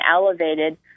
elevated